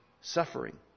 suffering